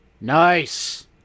nice